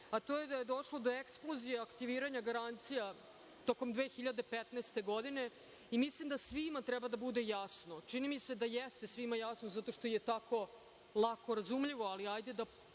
jeste da je došlo do eksplozija aktiviranja garancija tokom 2015. godine. Mislim da svima treba da bude jasno i čini mi se da je svima jasno zato što je tako lako razumljivo, ali hajde da